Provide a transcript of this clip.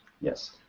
Yes